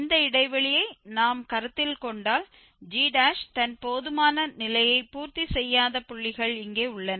இந்த இடைவெளியை நாம் கருத்தில் கொண்டால் g தன் போதுமான நிலையை பூர்த்தி செய்யாத புள்ளிகள் இங்கே உள்ளன